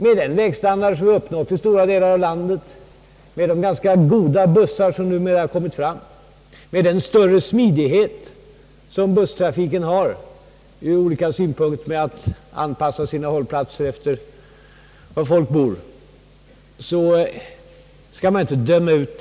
Med den vägstandard som vi har uppnått i stora delar av landet, med de ganska goda bussar som numera har kommit fram och med den större smidighet som busstrafiken ur olika synpunkter har genom att hållplatserna kan anpassas efter var folk bor skall man inte döma ut bussarna.